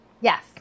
Yes